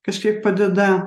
kažkiek padeda